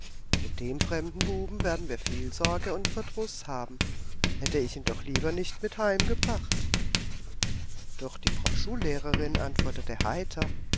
mit dem fremden buben werden wir viel sorge und verdruß haben hätte ich ihn doch lieber nicht mit heimgebracht doch die frau schullehrerin antwortete heiter